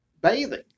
bathing